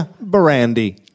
Brandy